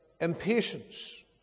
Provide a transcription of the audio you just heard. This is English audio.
impatience